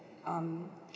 um